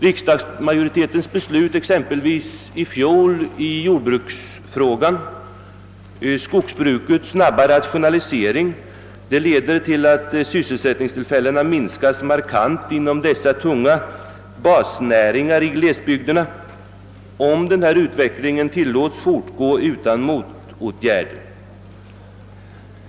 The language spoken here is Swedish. Riksdagsmajoritetens beslut exempelvis i fjol i jordbruksfrågan, skogsbrukets snabba rationalisering, leder till att sysselsättningstillfällena minskas markant inom dessa tunga basnäringar i glesbygderna, om utvecklingen tillåtes fortgå utan motåtgärder.